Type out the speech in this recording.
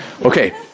Okay